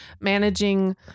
managing